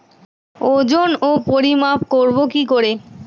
ওজন ও পরিমাপ করব কি করে?